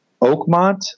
Oakmont